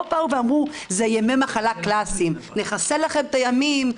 לא אמרו: זה ימי מחלה קלאסיים, נחסל לכם את הימים.